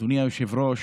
אדוני היושב-ראש,